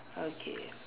okay